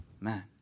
man